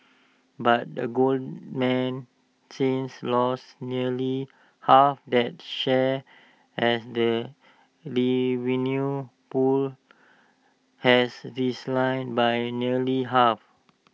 but the Goldman since lost nearly half that share as the revenue pool has declined by nearly half